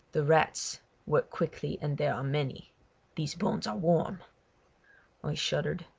the rats work quickly and they are many these bones are warm i shuddered,